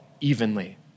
evenly